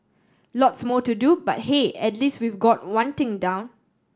lots more to do but hey at least we've got one thing down